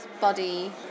body